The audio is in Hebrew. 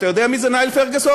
אתה יודע מי זה ניל פרגוסון?